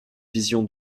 vision